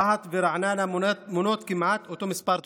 רהט ורעננה מונות כמעט אותו מספר תושבים.